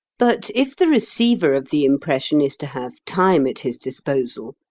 but if the receiver of the impression is to have time at his disposal,